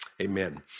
Amen